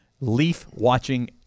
leaf-watching